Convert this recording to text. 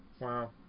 Wow